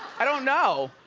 i don't know.